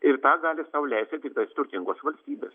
ir tą gali sau leisti tiktais turtingos valstybės